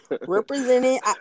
Represented